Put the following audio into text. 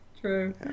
True